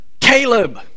Caleb